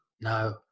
No